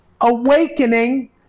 awakening